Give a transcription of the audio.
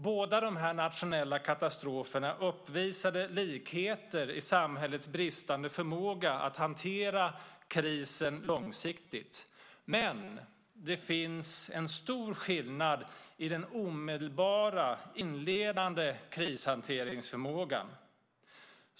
Båda dessa nationella katastrofer uppvisade likheter i samhällets bristande förmåga att hantera krisen långsiktigt. Dock finns det en stor skillnad i den omedelbara, inledande krishanteringsförmågan.